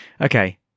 Okay